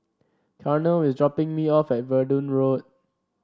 Carnell is dropping me off at Verdun Road